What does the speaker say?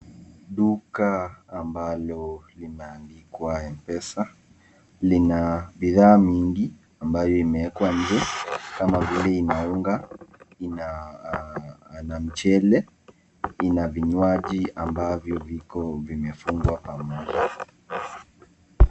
Duka ambalo limeandikwa mpesa lina bidhaa nyingi ambayo imewekwa nje kama vile ina unga, ina mchele, ina vinywaji ambavyo viko vimefungwa pamoja.